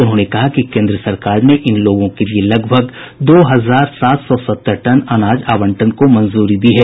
उन्होंने कहा कि केन्द्र सरकार ने इन लोगों के लिए लगभग दो हजार सात सौ सत्तर टन अनाज आवंटन को मंजूरी दी है